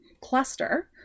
cluster